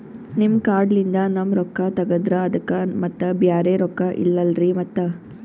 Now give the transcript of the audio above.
ನಿಮ್ ಕಾರ್ಡ್ ಲಿಂದ ನಮ್ ರೊಕ್ಕ ತಗದ್ರ ಅದಕ್ಕ ಮತ್ತ ಬ್ಯಾರೆ ರೊಕ್ಕ ಇಲ್ಲಲ್ರಿ ಮತ್ತ?